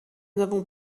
n’avons